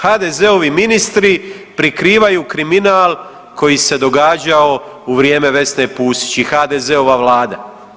HDZ-ovi ministri prikrivaju kriminal koji se događao u vrijeme Vesne Pusić i HDZ-ove vlade.